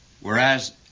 Whereas